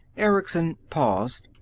erickson paused.